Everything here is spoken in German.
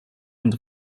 und